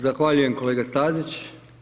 Zahvaljujem kolega Stazić.